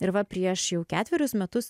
ir va prieš jau ketverius metus